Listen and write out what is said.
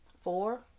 four